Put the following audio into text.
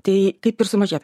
tai kaip ir sumažėt